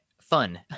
fun